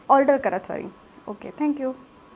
order करा sorry okay thank you